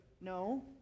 No